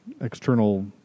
external